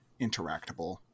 interactable